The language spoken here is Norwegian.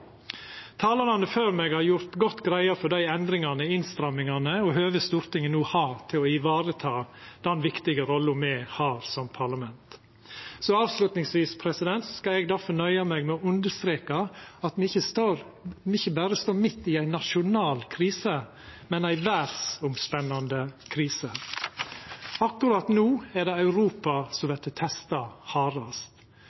Talarane før meg har gjort godt greie for endringane og innstrammingane og høvet Stortinget no har til å vareta den viktige rolla me har som parlament. Avslutningsvis skal eg difor nøya meg med å understreka at me ikkje berre står midt i ei nasjonal krise, men ei verdsomspennande krise. Akkurat no er det Europa som